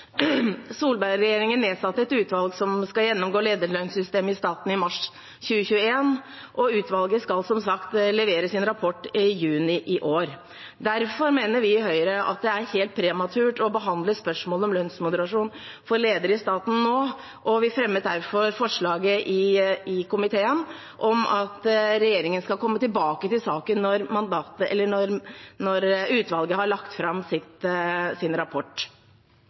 nedsatte i mars 2021 et utvalg som skal gjennomgå lederlønnssystemet i staten, og utvalget skal som sagt levere sin rapport i juni i år. Derfor mener vi i Høyre at det er helt prematurt å behandle spørsmålet om lønnsmoderasjon for ledere i staten nå, og vi fremmet derfor forslag i komiteen om at regjeringen skal komme tilbake til saken når utvalget har lagt fram sin rapport.